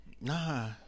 Nah